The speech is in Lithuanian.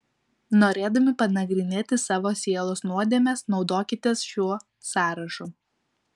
norėdami panagrinėti savo sielos nuodėmes naudokitės šiuo sąrašu